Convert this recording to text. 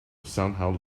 somehow